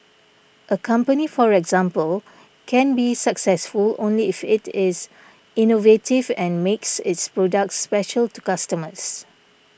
a company for example can be successful only if it is innovative and makes its products special to customers